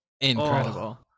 incredible